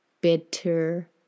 bitter